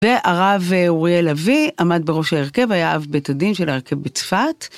והרב אוריאל אבי עמד בראש ההרכב, היה אב בית הדין של ההרכב בצפת.